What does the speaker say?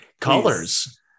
colors